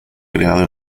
creado